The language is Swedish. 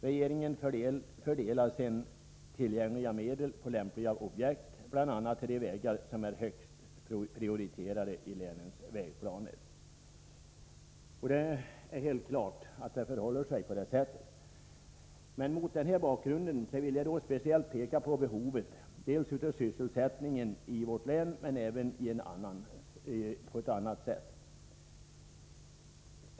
Regeringen fördelar sedan tillgängliga medel på lämpliga objekt bl.a. till de vägar som är högst prioriterade i länens vägplaner.” Det är klart att det förhåller sig på det sättet. Mot denna bakgrund vill jag speciellt framhålla dels behovet av sysselsättning i vårt län, dels en del andra aspekter.